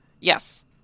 Yes